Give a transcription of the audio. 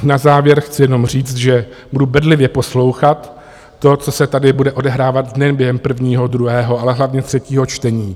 Na závěr chci jenom říct, že budu bedlivě poslouchat to, co se tady bude odehrávat nejen během prvního, druhého, ale hlavně třetího čtení.